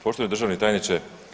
Poštovani državni tajniče.